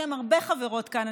בשם הרבה חברות כאן,